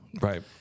Right